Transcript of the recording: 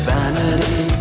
Vanity